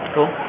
Cool